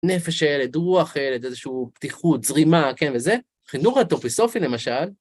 נפש הילד, רוח הילד, איזושהי פתיחות, זרימה, כן וזה, חינוך אנתרופוסופי למשל.